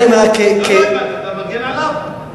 אתה מגן עליו?